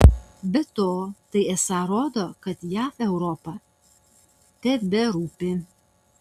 be to tai esą rodo kad jav europa teberūpi